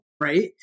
Right